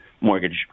mortgage